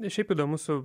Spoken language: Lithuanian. šiaip įdomu su